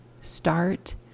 start